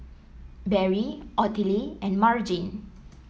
Barry Ottilie and Margene